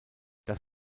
das